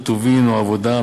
הטובין או העבודה,